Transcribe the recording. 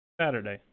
Saturday